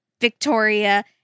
Victoria